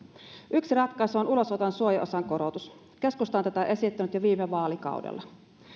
yksi ratkaisu on ulosoton suojaosan korotus keskusta on tätä esittänyt jo viime vaalikaudella